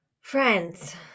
friends